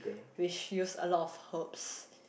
which use a lot of herbs